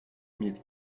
mille